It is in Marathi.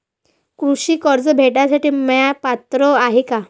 कृषी कर्ज भेटासाठी म्या पात्र हाय का?